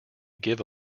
give